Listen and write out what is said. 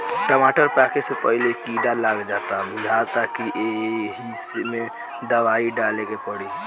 टमाटर पाके से पहिले कीड़ा लाग जाता बुझाता कि ऐइमे दवाई डाले के पड़ी